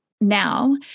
now